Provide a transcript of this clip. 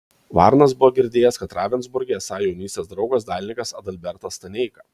varnas buvo girdėjęs kad ravensburge esąs jo jaunystės draugas dailininkas adalbertas staneika